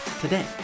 today